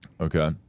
Okay